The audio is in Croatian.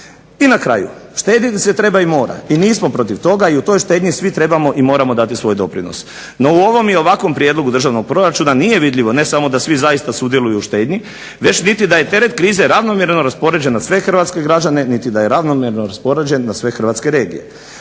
I na kraju, štedjeti se treba i mora i nismo protiv toga i u toj štednji svi trebamo i moramo dati svoj doprinos. No, u ovom i ovakvom prijedlogu državnog proračuna nije vidljivo ne samo da svi zaista sudjeluju u štednji već niti da je teret krize ravnomjerno raspoređen na sve hrvatske građane, niti da je ravnomjerno raspoređen na sve hrvatske regije.